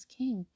king